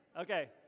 Okay